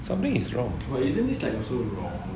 something is wrong